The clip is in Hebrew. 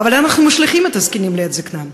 אבל אנחנו משליכים את הזקנים לעת זיקנה,